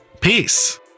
Peace